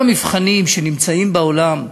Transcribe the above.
המבחנים שנמצאים בעולם,